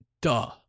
Duh